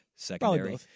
Secondary